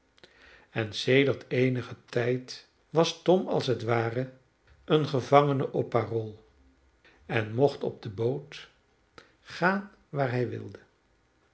en sedert eenigen tijd was tom als het ware een gevangene op parool en mocht op de boot gaan waar hij wilde